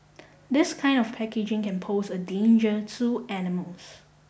this kind of packaging can pose a danger to animals